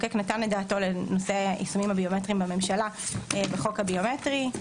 המחוקק נתן את דעתו לנושא היישומים הביומטריים בממשלה בחוק הביומטרי,